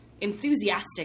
enthusiastic